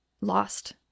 lost